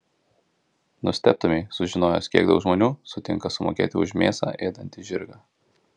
nustebtumei sužinojęs kiek daug žmonių sutinka sumokėti už mėsą ėdantį žirgą